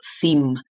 theme